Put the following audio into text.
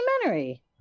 documentary